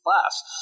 class